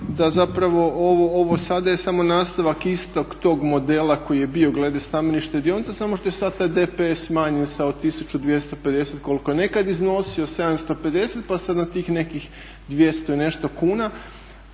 da zapravo ovo sada je samo nastavak istog tog modela koji je bio glede stambenih štedionica, samo što je sad taj DPS smanjen sa 1250 koliko je nekad iznosio, 750 pa sad na tih nekih 200 i nešto kuna.